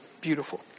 Beautiful